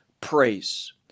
praise